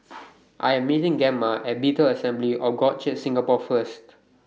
I Am meeting Gemma At Bethel Assembly of God Church Singapore First